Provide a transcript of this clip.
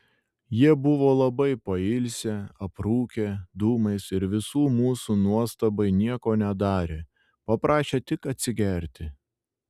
jie buvo labai pailsę aprūkę dūmais ir visų mūsų nuostabai nieko nedarė paprašė tik atsigerti